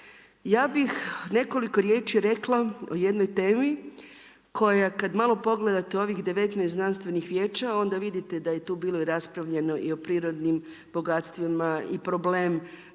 Ja bih nekoliko riječi o jednoj temi koja kad malo pogledate ovih 19 Znanstvenih vijeća, onda vidite da je tu bilo raspravljeno i o prirodnim bogatstvima i problem